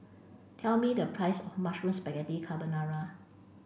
tell me the price of Mushroom Spaghetti Carbonara